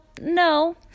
no